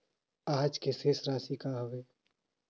आज के शेष राशि का हवे?